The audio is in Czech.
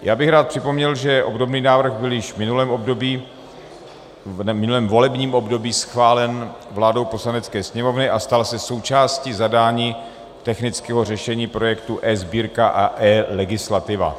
Já bych rád připomněl, že obdobný návrh byl již v minulém volebním období schválen vládou Poslanecké sněmovny (?) a stal se součástí zadání technického řešení projektu eSbírka a eLegislativa.